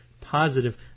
positive